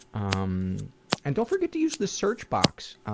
um and don't forget to use the search box